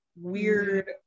weird